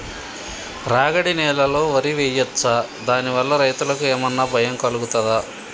రాగడి నేలలో వరి వేయచ్చా దాని వల్ల రైతులకు ఏమన్నా భయం కలుగుతదా?